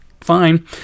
fine